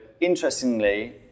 interestingly